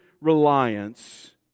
reliance